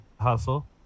hustle